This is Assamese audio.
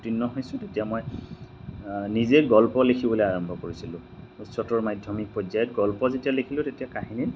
উত্তীৰ্ণ হৈছোঁ তেতিয়া মই নিজে গল্প লিখিবলে আৰম্ভ কৰিছিলোঁ উচ্চতৰ মাধ্যমিক পৰ্যায়ত গল্প যেতিয়া লিখিলোঁ তেতিয়া কাহিনীত